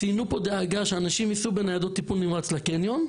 ציינו כאן דאגה לפיה אנשים ייסעו בניידות טיפול נמרץ לקניון.